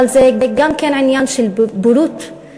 אבל זה גם עניין של בורות,